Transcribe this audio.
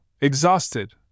exhausted